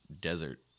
desert